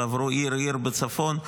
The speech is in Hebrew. ועברו עיר-עיר בצפון,